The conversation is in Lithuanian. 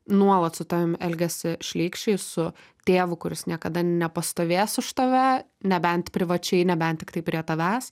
nuolat su tavim elgiasi šlykščiai su tėvu kuris niekada nepastovės už tave nebent privačiai nebent tiktai prie tavęs